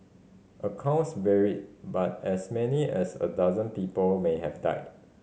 accounts varied but as many as a dozen people may have died